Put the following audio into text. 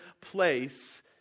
place